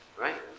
right